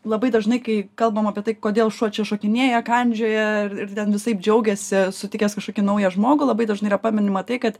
labai dažnai kai kalbam apie tai kodėl šuo čia šokinėja kandžioja ir visaip džiaugiasi sutikęs kažkokį naują žmogų labai dažnai yra paminima tai kad